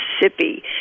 Mississippi